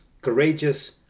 courageous